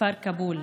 מהכפר כאבול,